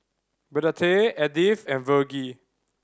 Burdette Edith and Vergie